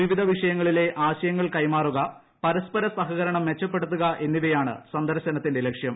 വിവിധ വിഷ്യങ്ങളിലെ ആശയങ്ങൾ കൈമാറുക പരസ്പര് സഹകരണം മെച്ചപ്പെടുത്തുക എന്നിവയാണ് സന്ദർശനത്തിന്റെ ലക്ഷ്യം